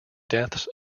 deaths